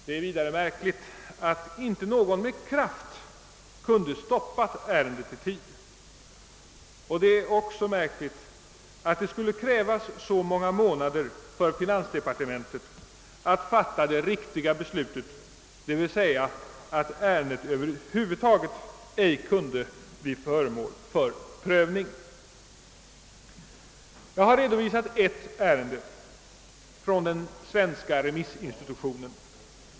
Det är vidare märkligt att inte någon med kraft kun de stoppa ärendet i tid, liksom också att det skulle krävas så många månader för finansdepartementet att fatta det riktiga beslutet, d. v. s. att ärendet över huvud taget ej kunde bli föremål för prövning. Jag har redovisat ett ärende från den svenska remissinstitutionen.